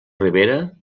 ribera